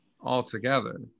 altogether